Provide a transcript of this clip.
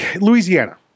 Louisiana